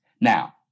Now